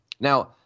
Now